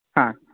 ಹಾಂ